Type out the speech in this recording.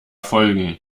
folgen